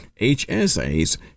HSAs